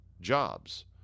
jobs